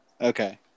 Okay